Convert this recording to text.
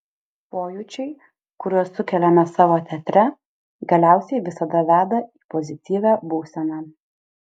pojūčiai kuriuos sukeliame savo teatre galiausiai visada veda į pozityvią būseną